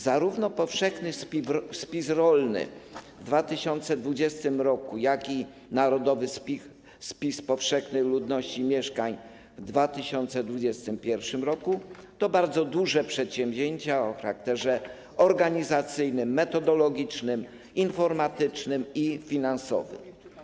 Zarówno powszechny spis rolny w 2020 r., jak i narodowy spis powszechny ludności i mieszkań w 2021 r. to bardzo duże przedsięwzięcia o charakterze organizacyjnym, metodologicznym, informatycznym i finansowym.